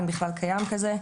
אם בכלל קיים כזה,